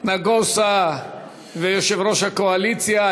נגוסה ויושב-ראש הקואליציה,